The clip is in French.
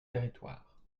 territoires